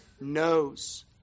knows